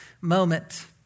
moment